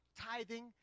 tithing